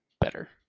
better